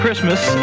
Christmas